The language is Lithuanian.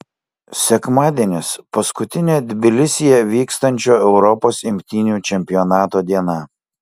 sekmadienis paskutinė tbilisyje vykstančio europos imtynių čempionato diena